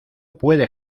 puede